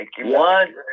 One